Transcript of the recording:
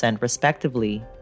Respectively